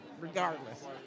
regardless